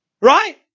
Right